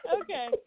Okay